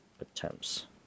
attempts